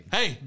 Hey